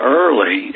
early